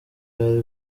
yari